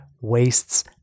wastes